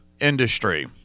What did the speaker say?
industry